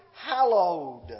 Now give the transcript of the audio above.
hallowed